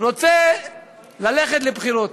רוצה ללכת לבחירות.